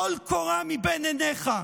טול קורה מבין עיניך.